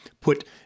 put